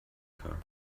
her